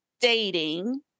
dating